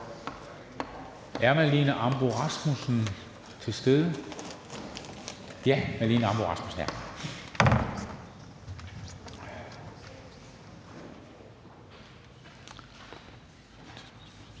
at Malene Ambo-Rasmussen er til stede. Ja, Malene Ambo-Rasmussen er